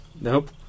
nope